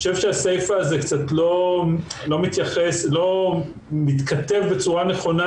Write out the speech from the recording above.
אני חושב שהסיפה הזו לא מתכתבת בצורה נכונה